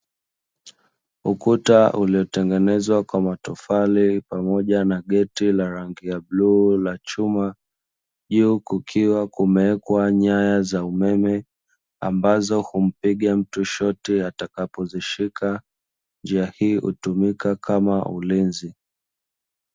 Ukuta uliotengenezwa kwa matofali pamoja na geti la rangi ya bluu la chuma, juu kukiwa kumewekwa nyaya za umeme ambazo humpiga mtu shoti atakapozishika, njia hii hutumika kama ulinzi.